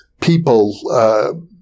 people –